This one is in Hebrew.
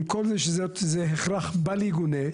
עם כל זה שזה הכרח בל יגונה,